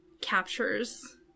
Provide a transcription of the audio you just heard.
captures